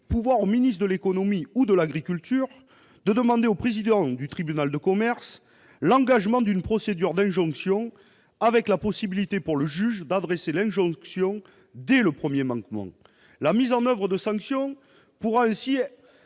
ou au ministre de l'agriculture le pouvoir de demander au président du tribunal de commerce l'engagement d'une procédure d'injonction, avec la possibilité pour le juge d'adresser cette injonction dès le premier manquement. La mise en oeuvre de sanctions peut être